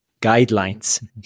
guidelines